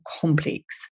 complex